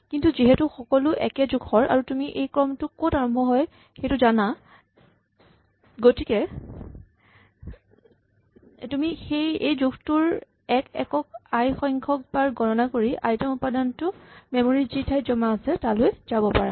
কিন্তু যিহেতু সকলো একে জোখৰ আৰু তুমি এই ক্ৰমটো ক'ত আৰম্ভ হয় সেইটো জানা গতিকে তুমি এই জোখটোৰ এক একক আই সংখ্যক বাৰ গণনা কৰি আই তম উপাদানটো মেমৰী ৰ যি ঠাইত জমা হৈ আছে তালৈ যাব পাৰা